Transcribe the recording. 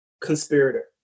conspirator